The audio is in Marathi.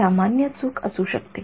तर एक सामान्य चूक असू शकते